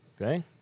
Okay